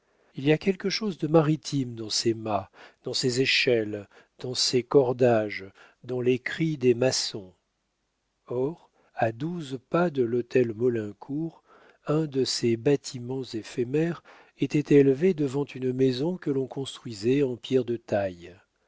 il y a quelque chose de maritime dans ces mâts dans ces échelles dans ces cordages dans les cris des maçons or à douze pas de l'hôtel maulincour un de ces bâtiments éphémères était élevé devant une maison que l'on construisait en pierres de taille